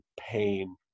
pain